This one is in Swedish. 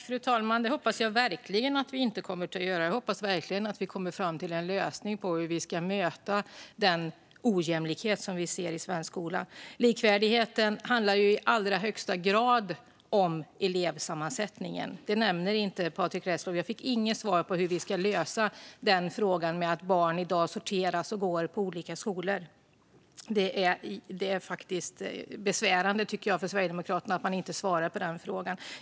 Fru talman! Jag hoppas verkligen att vi inte kommer att göra det utan kommer fram till en lösning på hur vi ska möta den ojämlikhet som vi ser i svensk skola. Likvärdigheten handlar i allra högsta grad om elevsammansättningen. Det nämner inte Patrick Reslow. Jag fick inget svar på hur vi ska lösa frågan med att barn i dag sorteras och går på olika skolor. Det är besvärande för Sverigedemokraterna, tycker jag, att man inte svarar på den frågan.